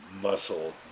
muscle